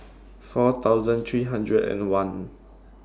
four thousand three hundred and one